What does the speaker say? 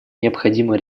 необходима